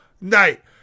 night